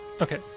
Okay